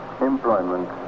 employment